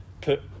put